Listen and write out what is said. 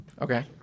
Okay